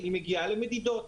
היא מגיעה למדידות,